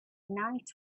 night